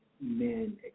men